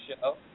show